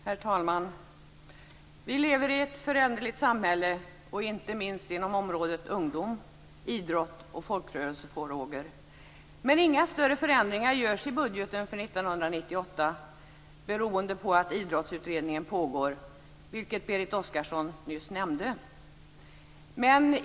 Herr talman! Vi lever i ett föränderligt samhälle. Det gäller inte minst inom området ungdoms-, idrottsoch folkrörelsefrågor. Men inga större förändringar görs i budgeten för 1998 beroende på att Idrottsutredningen pågår, något som Berit Oscarsson nyss nämnde.